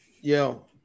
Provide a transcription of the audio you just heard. Yo